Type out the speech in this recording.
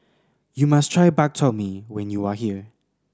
you must try Bak Chor Mee when you are here